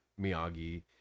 Miyagi